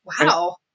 wow